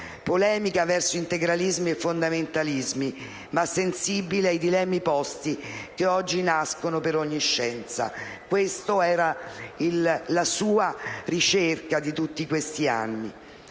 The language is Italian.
polemica verso integralismi e fondamentalismi, ma sensibile ai dilemmi posti che oggi nascono per ogni scienza». Questa è stata la sua ricerca in tutti questi anni.